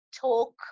talk